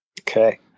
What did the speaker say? okay